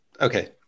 okay